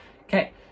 Okay